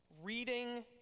reading